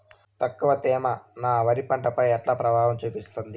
తక్కువ తేమ నా వరి పంట పై ఎట్లా ప్రభావం చూపిస్తుంది?